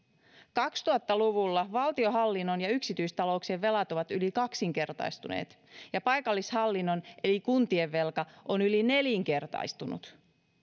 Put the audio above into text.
kaksituhatta luvulla valtionhallinnon ja yksityistalouksien velat ovat yli kaksinkertaistuneet ja paikallishallinnon eli kuntien velka on yli nelinkertaistunut